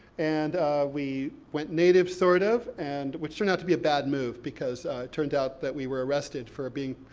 and we went native, sort of, and which turned out to be a bad move, because it turned out that we were arrested for being,